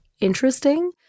interesting